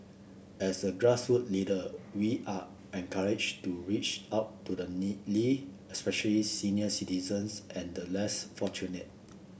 as a grass roots leader we are encourage to reach out to the needy especially senior citizens and the less fortunate